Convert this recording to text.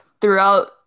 throughout